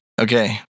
Okay